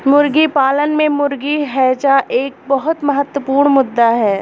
मुर्गी पालन में मुर्गी हैजा एक बहुत महत्वपूर्ण मुद्दा है